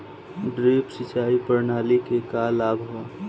Drip सिंचाई प्रणाली के का लाभ ह?